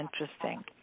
interesting